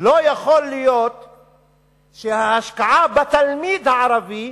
לא יכול להיות שההשקעה בתלמיד הערבי